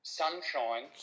sunshine